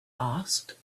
asked